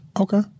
Okay